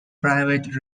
private